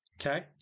Okay